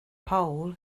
pole